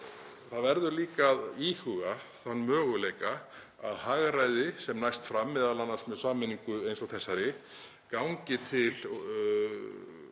það verður líka að íhuga þann möguleika að hagræði sem næst fram, m.a. með sameiningu eins og þessari, gangi til